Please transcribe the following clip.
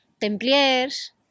Templiers